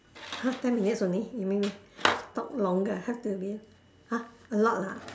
!huh! ten minutes only you mean we talk longer how do you mean !huh! a lot ah